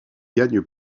gagne